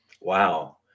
Wow